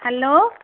hello